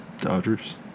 Dodgers